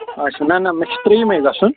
اچھا نہ نہ مےٚ چھُ ترٛیمہِ گژھُن